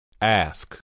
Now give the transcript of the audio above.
Ask